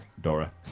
Dora